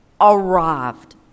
arrived